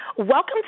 Welcome